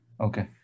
Okay